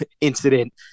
incident